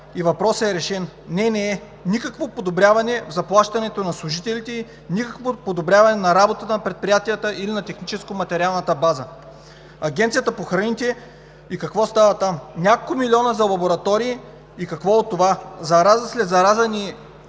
въпросът е решен. Не, не е. Никакво подобряване в заплащането на служителите, никакво подобряване на работата на предприятията или на материално-техническата база. Агенцията по храните. Какво става там? Няколко милиона за лаборатории, и какво от това? Зараза след зараза ни